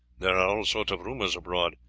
there are all sorts of rumours abroad,